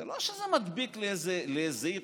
זה לא שזה מדביק לאיזו עיר.